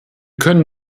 können